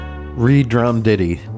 re-drum-ditty